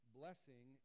blessing